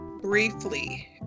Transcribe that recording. briefly